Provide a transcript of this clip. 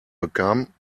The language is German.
bekam